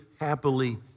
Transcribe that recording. happily